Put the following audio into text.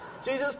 Jesus